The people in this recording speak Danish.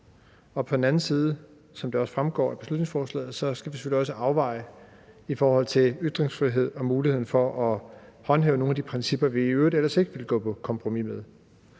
på den anden side, som det også fremgår af beslutningsforslaget, skal vi selvfølgelig også afveje i forhold til ytringsfrihed og muligheden for at håndhæve nogle af de principper, vi i øvrigt ellers ikke vil gå på kompromis med.